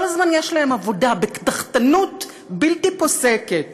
כל הזמן יש להם עבודה, בקדחתנות בלתי פוסקת.